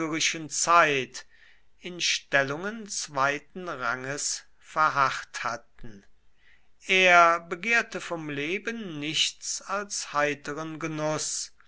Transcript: zeit in stellungen zweiten ranges verharrt hatten er begehrte vom leben nichts als heiteren genuß